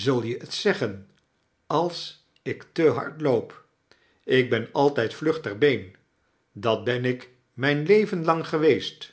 z-ul je t zeggen als ik te hard loop ik ben altijd vlug ter been dat ben ik mijn leven lang geweest